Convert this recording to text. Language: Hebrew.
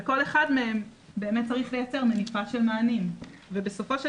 בכל אחד מהם באמת צריך לייצר מניפה של מענים ובסופו של